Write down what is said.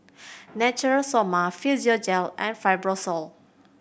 Natura Stoma Physiogel and Fibrosol